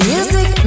Music